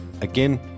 again